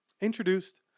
introduced